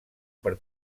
per